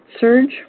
surge